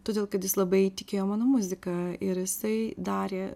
todėl kad jis labai tikėjo mano muzika ir jisai darė